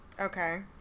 Okay